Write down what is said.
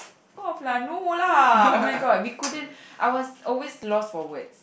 off no lah oh-my-god we couldn't I was always lost for words